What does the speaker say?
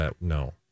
No